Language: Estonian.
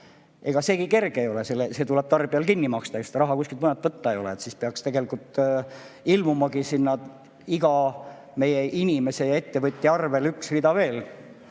Ega seegi kerge ei ole, see tuleb tarbijal kinni maksta, ega selleks ka raha kuskilt mujalt võtta ei ole. Siis peaks tegelikult ilmumagi sinna iga meie inimese ja ettevõtja arvele üks rida veel: